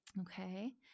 Okay